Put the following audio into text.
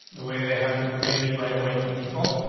the way they have been created right away by default.